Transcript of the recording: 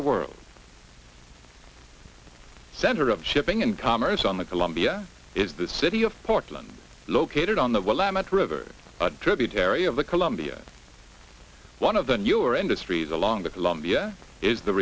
the world center of shipping and commerce on the columbia is the city of portland located on the lam at river a tributary of the columbia one of the new or industries along the columbia is the